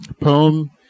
poem